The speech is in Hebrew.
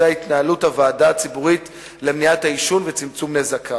ההתנהלות של הוועדה הציבורית למניעת העישון וצמצום נזקיו.